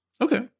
Okay